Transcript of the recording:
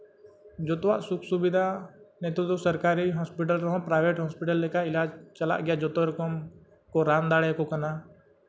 ᱡᱚᱛᱚᱣᱟᱜ ᱥᱩᱠ ᱥᱩᱵᱤᱫᱷᱟ ᱱᱤᱛᱳᱜ ᱫᱚ ᱥᱟᱨᱠᱟᱨᱤ ᱦᱚᱥᱯᱤᱴᱟᱞ ᱨᱮᱦᱚᱸ ᱯᱨᱟᱭᱵᱷᱮᱹᱴ ᱦᱚᱥᱯᱤᱴᱟᱞ ᱞᱮᱠᱟ ᱮᱞᱟᱪ ᱪᱟᱞᱟᱜ ᱜᱮᱭᱟ ᱡᱚᱛᱚ ᱨᱚᱠᱚᱢ ᱠᱚ ᱨᱟᱱ ᱫᱟᱲᱮᱭᱟᱠᱚ ᱠᱟᱱᱟ